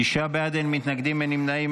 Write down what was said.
תשעה בעד, אין מתנגדים, אין נמנעים.